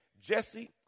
Jesse